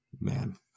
Man